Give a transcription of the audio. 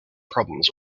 problems